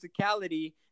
physicality